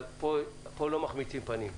אבל פה לא מחמיצים פנים.